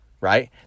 right